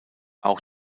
auch